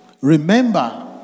Remember